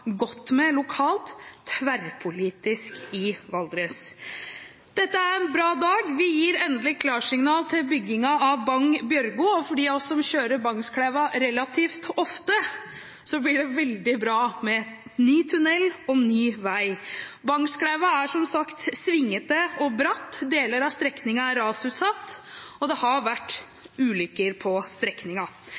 godt med lokalt i Valdres. Dette er en bra dag. Vi gir endelig klarsignal til byggingen av Bagn–Bjørgo. For dem av oss som kjører Bagnskleiva relativt ofte, blir det veldig bra med ny tunnel og ny vei. Bagnskleiva er, som sagt, svingete og bratt, deler av strekningen er rasutsatt, og det har vært ulykker på